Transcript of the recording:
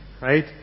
Right